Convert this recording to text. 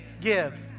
give